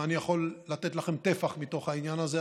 אני יכול לתת לכם טפח מתוך העניין הזה,